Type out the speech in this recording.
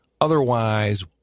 Otherwise